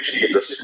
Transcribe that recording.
Jesus